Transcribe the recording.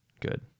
Good